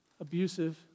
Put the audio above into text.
Abusive